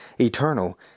eternal